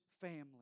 family